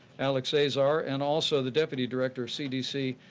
alex azar, and also the deputy director of cdc,